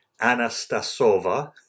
Anastasova